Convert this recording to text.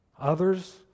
others